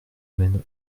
mène